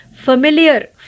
Familiar